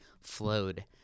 flowed